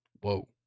whoa